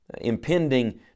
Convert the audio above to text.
Impending